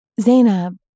Zainab